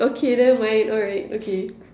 okay never mind alright okay